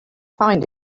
find